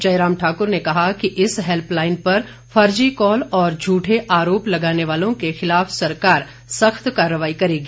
जयराम ठाकुर ने कहा कि इस हैल्प लाईन पर फर्जी कॉल और झूठे आरोप लगाने वालों के खिलाफ सरकार सख्त कार्रवाई करेगी